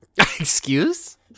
Excuse